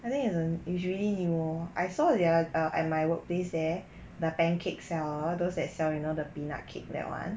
I think is a usually you I saw there are at my workplace there the pancakes seller those that sell you know the peanut cake that [one]